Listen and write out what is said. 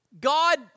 God